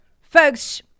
Folks